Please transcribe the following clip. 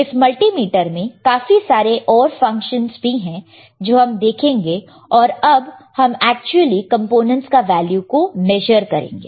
इस मल्टीमीटर में काफी सारे और फंक्शंस भी है जो हम देखेंगे और अब हम एक्चुअली कंपोनेंट्स के वैल्यू को मेजर करेंगे